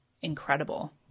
incredible